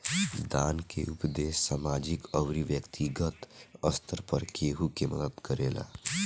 दान के उपदेस सामाजिक अउरी बैक्तिगत स्तर पर केहु के मदद करेला